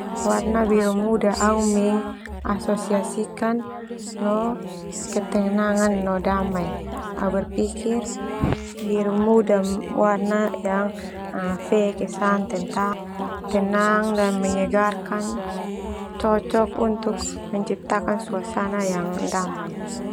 Warna biru muda au mengasosiasikan no ketenangan no damai. Au berpikir biru muda warna yang fe kesan tenang dan menyegarkan, cocok untuk menciptakan suasana yang damai